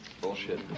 Bullshit